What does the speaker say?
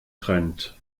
trend